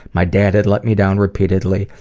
my dad had let me down repeatedly,